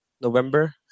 November